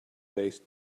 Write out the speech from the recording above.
based